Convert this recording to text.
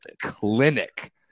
clinic